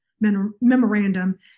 Memorandum